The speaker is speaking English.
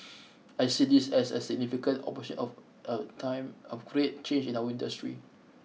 I see this as a significant opportune of a time of great change in our industry